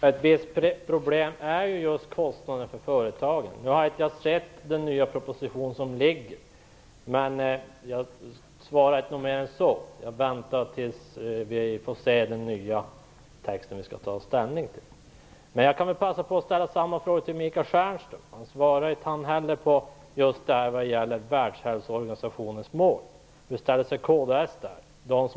Herr talman! Ett problem är just kostnaderna för företagen. Jag har inte sett den nya propositionen. Jag svarar inte mer än så, utan jag väntar tills vi får se den nya text som vi skall ta ställning till. Jag kan passa på att ställa frågan till Michael Stjernström. Han svarade inte heller när det gäller Världshälsoorganisationens mål.